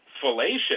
fallacious